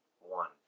One